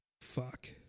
Fuck